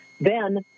Then-